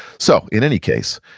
so, in any case,